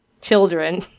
children